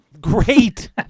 Great